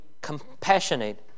compassionate